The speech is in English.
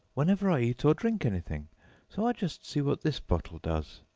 whenever i eat or drink anything so i'll just see what this bottle does.